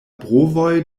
brovoj